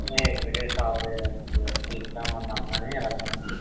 నేను ఇక్కడికే సాఫ్ట్వేర్ సంబంధం అమ్మాయి అని వెళ్తున్నాను